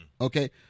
Okay